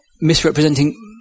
misrepresenting